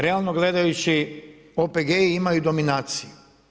Realno gledajući OPG-i imaju dominaciju.